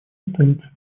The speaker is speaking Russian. остается